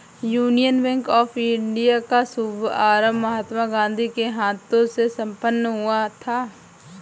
union Bank of India का शुभारंभ महात्मा गांधी के हाथों से संपन्न हुआ था